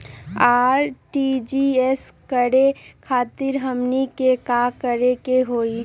RTGS करे खातीर हमनी के का करे के हो ई?